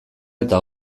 eta